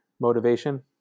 motivation